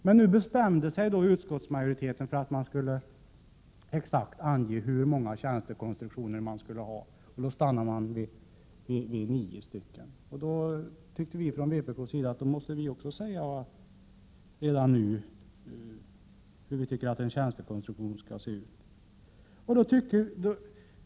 Men nu bestämde sig utskottsmajoriteten för att man exakt skulle ange hur många tjänstekonstruktioner som skulle finnas. Då stannade man vid antalet nio. Vi i vpk tyckte då att vi redan från början måste tala om hur vi vill att tjänstekonstruktionen skall se ut.